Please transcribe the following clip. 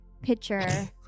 picture